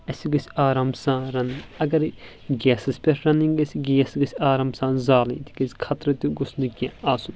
اسہِ گٔژھہِ آرام سان رنٕنۍ اگرے گیسس پٮ۪ٹھ رنٕنۍ گٔژھۍ گیس گٔژھ آرام سان زالٕنۍ تِکیازِ خطرٕ تہِ گوٚژھ نہٕ کینٛہہ آسُن